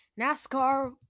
NASCAR